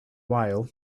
while